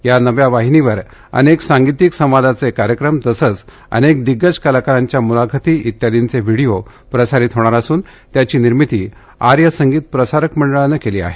या नव्या वाहिनीवर अनेक सांगितीक संवादाचे कार्यक्रम तसंच अनेक दिग्गज कलाकारांच्या मुलाखती आदी व्हिडिओ प्रसारित होणार असून त्याची निर्मिती आर्य संगीत प्रसारक मंडळाने केली आहे